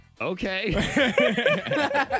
okay